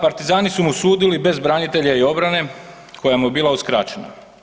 Partizani su mu sudili bez branitelja i obrane koja mu je bila uskraćena.